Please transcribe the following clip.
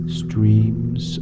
streams